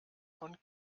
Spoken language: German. von